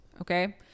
Okay